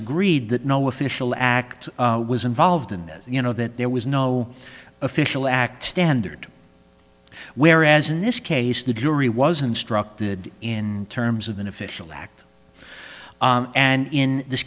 agreed that no official act was involved in this you know that there was no official act standard whereas in this case the jury was instructed in terms of an official act and in this